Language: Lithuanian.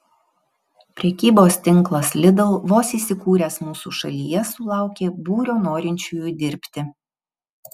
prekybos tinklas lidl vos įsikūręs mūsų šalyje sulaukė būrio norinčiųjų dirbti